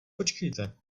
počkejte